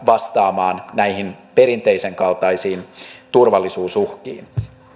vastaamaan näihin perinteisenkaltaisiin turvallisuusuhkiin